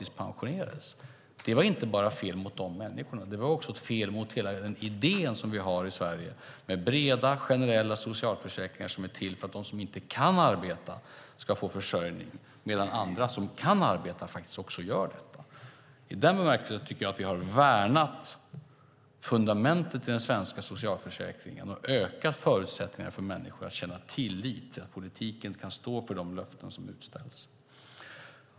Det var inte bara fel mot de människorna, utan det var också ett fel mot hela den idé som vi har i Sverige med breda, generella socialförsäkringar som är till för att de som inte kan arbeta ska få försörjning medan andra som kan arbeta faktiskt också gör detta. I den bemärkelsen tycker jag att vi har värnat fundamentet i den svenska socialförsäkringen och ökat förutsättningarna för människor att känna tillit till att politiken kan stå för de löften som utställts.